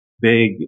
Big